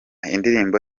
indirimbo